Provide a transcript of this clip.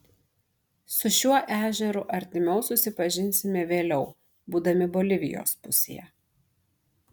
su šiuo ežeru artimiau susipažinsime vėliau būdami bolivijos pusėje